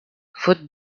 faute